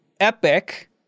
Epic